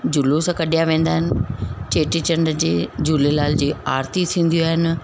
जुलूस कढिया वेंदा आहिनि चेटी चंड जे झूलेलाल जी आरतियूं थींदियूं आहिनि